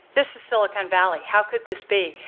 this is silicon valley. how could this be?